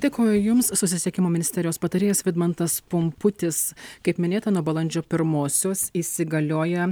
dėkoju jums susisiekimo ministerijos patarėjas vidmantas pumputis kaip minėta nuo balandžio pirmosios įsigalioja